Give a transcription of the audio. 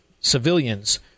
civilians